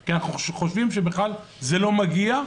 כי אנחנו חושבים שזה בכלל לא מגיע,